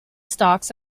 stalks